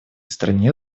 стране